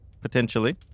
potentially